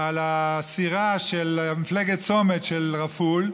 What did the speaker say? על הסירה של מפלגת צומת של רפול,